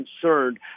concerned